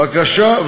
בבקשה.